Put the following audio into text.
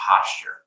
posture